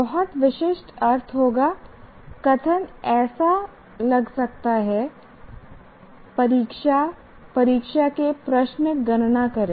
बहुत विशिष्ट अर्थ होगा CO कथन ऐसा लग सकता है परीक्षा परीक्षा के प्रश्न गणना करें